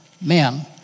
men